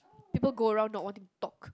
people go around not wanting to talk